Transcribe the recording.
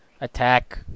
Attack